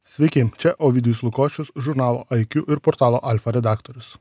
sveiki čia ovidijus lukošius žurnalo iq ir portalo alfa redaktorius